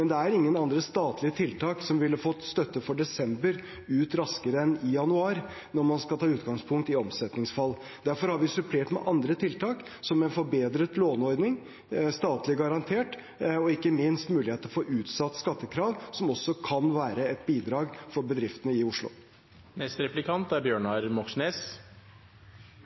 det er ingen andre statlige tiltak som ville ha fått støtte for desember ut raskere enn i januar, når man skal ta utgangspunkt i omsetningsfall. Derfor har vi supplert med andre tiltak, som en forbedret låneordning som er statlig garantert, og ikke minst muligheter for utsatt skattekrav, noe som også kan være et bidrag for bedriftene i